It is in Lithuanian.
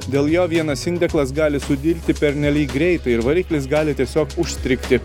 dėl jo vienas indeklas gali sudilti pernelyg greitai ir variklis gali tiesiog užstrigti